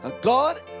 God